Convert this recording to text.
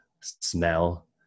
smell